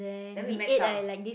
then we met some